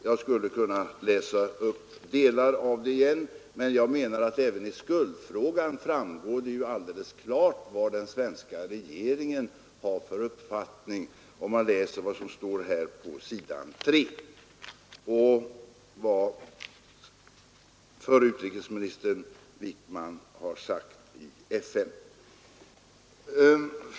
Jag skulle kunna läsa upp delar av det igen, men jag tycker att det även i skuldfrågan framgår alldeles klart vad den svenska regeringen har för uppfattning, om man läser vad som står på s. 3 och vad förre utrikesministern Wickman har sagt i FN.